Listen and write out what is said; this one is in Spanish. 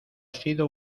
sido